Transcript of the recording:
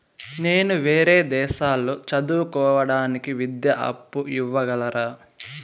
నేను వేరే దేశాల్లో చదువు కోవడానికి విద్యా అప్పు ఇవ్వగలరా?